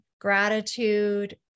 gratitude